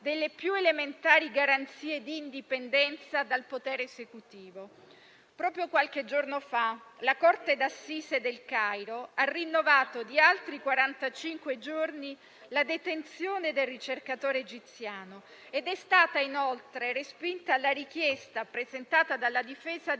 delle più elementari garanzie di indipendenza dal potere esecutivo. Proprio qualche giorno fa la corte d'assise del Cairo ha rinnovato di altri quarantacinque giorni la detenzione del ricercatore egiziano ed è stata inoltre respinta la richiesta presentata dalla difesa